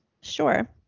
sure